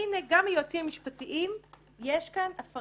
והנה גם עם היועצים המשפטיים יש הפרה